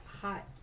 hot